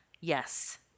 Yes